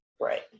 Right